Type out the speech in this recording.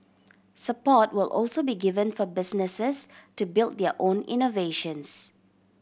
support will also be given for businesses to build their own innovations